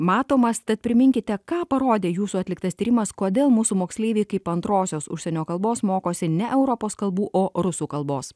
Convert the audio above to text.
matomas tad priminkite ką parodė jūsų atliktas tyrimas kodėl mūsų moksleiviai kaip antrosios užsienio kalbos mokosi ne europos kalbų o rusų kalbos